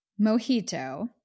Mojito